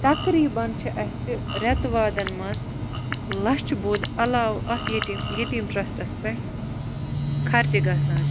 تقریباً چھُ اَسہِ رٮ۪تہٕ وادَن مَنٛز لَچھہٕ بوٚد علاوٕ اَتھ یٹیٖم یتیٖم ٹرسَٹَس پٮ۪ٹھ خرچہٕ گَژھان